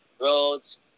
roads